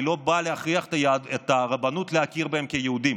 אני לא בא להכריח את הרבנות להכיר בהם כיהודים.